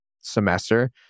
semester